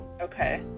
Okay